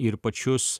ir pačius